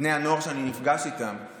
בני הנוער שאני נפגש איתם,